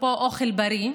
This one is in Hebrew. אפרופו אוכל בריא,